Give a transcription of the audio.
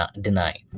deny